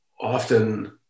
often